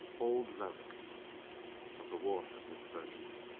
old relics of the war of the divergence.